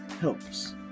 helps